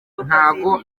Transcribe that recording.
ntago